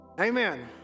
Amen